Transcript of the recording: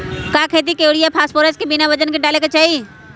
का खेती में यूरिया फास्फोरस बिना वजन के न डाले के चाहि?